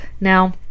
Now